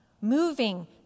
moving